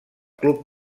club